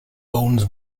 bones